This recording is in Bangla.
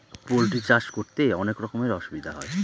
পোল্ট্রি চাষ করতে অনেক রকমের অসুবিধা হয়